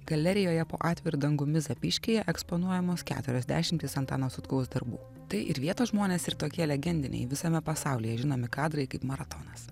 galerijoje po atviru dangumi zapyškyje eksponuojamos keturios dešimtys antano sutkaus darbų tai ir vietos žmonės ir tokie legendiniai visame pasaulyje žinomi kadrai kaip maratonas